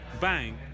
bank